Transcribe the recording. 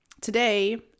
today